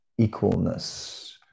equalness